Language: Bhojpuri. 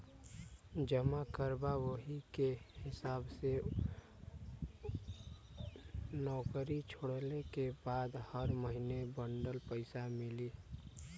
जमा करबा वही के हिसाब से नउकरी छोड़ले के बाद हर महीने बंडल पइसा आई